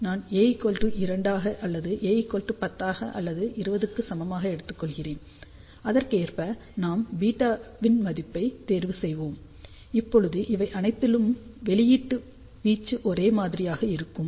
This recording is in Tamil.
நான் A2 ஆக அல்லது A10 ஆக அல்லது 20 க்கு சமமாக எடுத்துக் கொள்கிறேன் அதற்கேற்ப நாம் β இன் மதிப்பை தேர்வு செய்வோம் இப்போது இவை அனைத்திலும் வெளியீட்டு வீச்சு ஒரே மாதிரியாக இருக்குமா